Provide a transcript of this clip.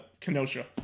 Kenosha